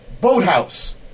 Boathouse